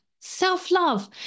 self-love